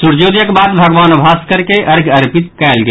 सूर्यादयक बाद भगवान भास्कर के अर्ध्य अर्पित कयल गेल